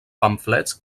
pamflets